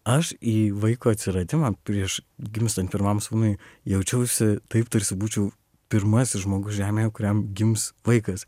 aš į vaiko atsiradimą prieš gimstant pirmam sūnui jaučiausi taip tarsi būčiau pirmasis žmogus žemėje kuriam gims vaikas